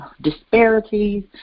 disparities